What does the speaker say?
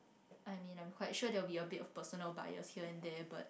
I mean I'm quite sure there will be a bit of personal bias here and there but